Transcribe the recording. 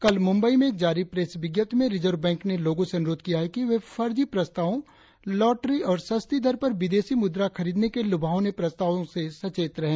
कल मुंबई में जारी प्रेस विज्ञप्ति में रिजर्व बैंक ने लोगों से अनुरोध किया है कि वे फर्जी प्रस्तावों लॉटरी और सस्ती दर पर विदेशी मुद्रा खरीदने के लुभावने प्रस्तावों से सचेत रहें